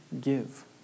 give